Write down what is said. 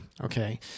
okay